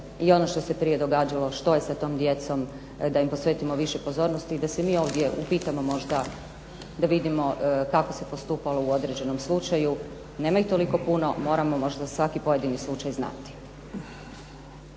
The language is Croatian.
i ono što se prije događalo, što je sa tom djecom, da im posvetimo više pozornosti i da se mi ovdje upitamo možda da vidimo kako se postupalo u određenom slučaju, nema ih toliko puno, moramo možda svaki pojedini slučaj znati.